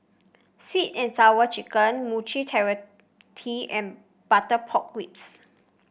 sweet and Sour Chicken Mochi and Butter Pork Ribs